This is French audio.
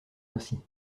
ainsi